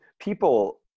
people